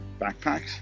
backpacks